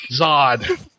Zod